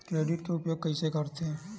Credit के उपयोग कइसे करथे?